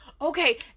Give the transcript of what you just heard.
Okay